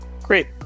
Great